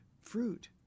fruit